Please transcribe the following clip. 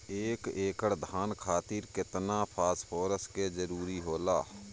एक एकड़ धान खातीर केतना फास्फोरस के जरूरी होला?